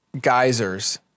geysers